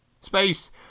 Space